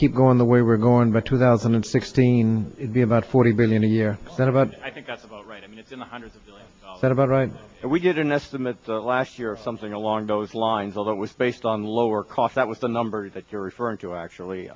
keep going the way we're going by two thousand and sixteen the about forty billion a year then about i think that about right we get an estimate last year of something along those lines although it was based on lower cost that was the number that you're referring to actually